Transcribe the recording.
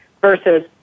versus